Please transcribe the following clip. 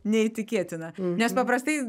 neįtikėtina nes paprastai